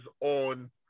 on